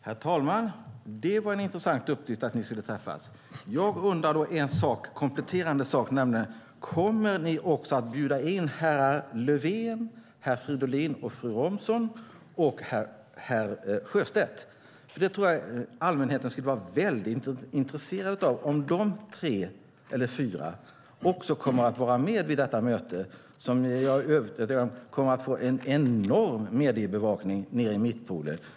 Herr talman! Det var en intressant uppgift att ni skulle träffas. Jag undrar då en sak, en kompletterande sak, nämligen: Kommer ni att bjuda in herr Löfven, herr Fridolin, fru Romson och herr Sjöstedt? Jag tror att allmänheten skulle vara väldigt intresserad av att få veta om de fyra kommer att vara med vid detta möte, som jag är övertygad om kommer att få en enorm mediebevakning nere i mittpoolen.